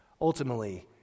ultimately